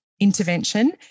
intervention